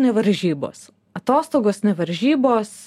ne varžybos atostogos ne varžybos